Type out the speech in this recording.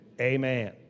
amen